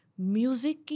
Music